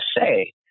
say